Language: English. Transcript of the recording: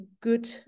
good